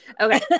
okay